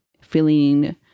feeling